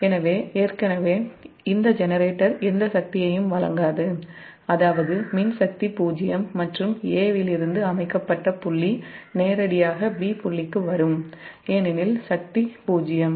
எனவே இந்த ஜெனரேட்டர் எந்த சக்தியையும் வழங்காது அதாவது மின்சக்தி 0 மற்றும் 'a' இலிருந்து அமைக்கப்பட்ட புள்ளி நேரடியாக 'b' புள்ளிக்கு வரும் ஏனெனில் சக்தி 0